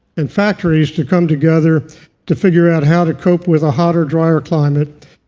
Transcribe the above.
and factories to come together to figure out how to cope with a hotter, dryer climate.